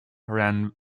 ran